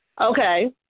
Okay